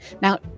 Now